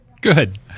Good